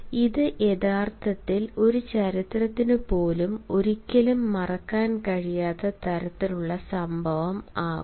അത് യഥാർത്ഥത്തിൽ ഒരു ചരിത്രത്തിന് പോലും ഒരിക്കലും മറക്കാൻ കഴിയാത്ത തരത്തിലുള്ള സംഭവം ആകും